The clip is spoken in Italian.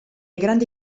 grandi